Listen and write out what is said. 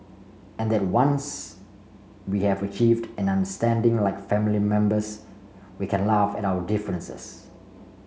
and that once we have achieved an understanding like family members we can laugh at our differences